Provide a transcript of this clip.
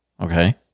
Okay